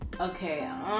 okay